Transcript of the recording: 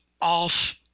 off